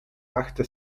machte